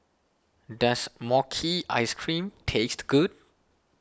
does Mochi Ice Cream taste good